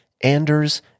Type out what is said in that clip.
Anders